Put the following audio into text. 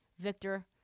Victor